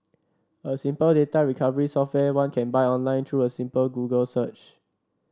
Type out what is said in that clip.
a simple data recovery software one can buy online through a simple Google search